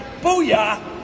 Booyah